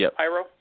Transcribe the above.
pyro